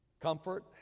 comfort